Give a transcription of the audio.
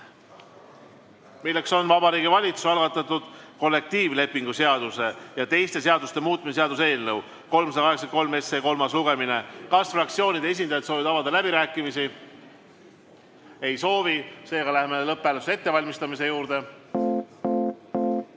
milleks on Vabariigi Valitsuse algatatud kollektiivlepingu seaduse ja teiste seaduste muutmise seaduse eelnõu 383 kolmas lugemine. Kas fraktsioonide esindajad soovivad avada läbirääkimisi? Ei soovi, seega lähme lõpphääletuse ettevalmistamise juurde. Kas